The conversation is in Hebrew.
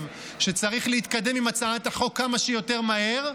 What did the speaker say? שצריך להתקדם עם הצעת החוק כמה שיותר מהר,